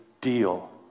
deal